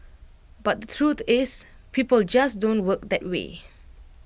but the truth is people just don't work that way